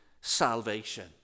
salvation